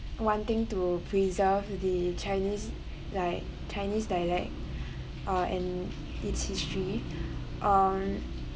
wanting to preserve the chinese like chinese dialect uh and its history um